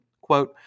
Quote